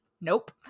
nope